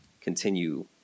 continue